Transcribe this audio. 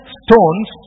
stones